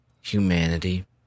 humanity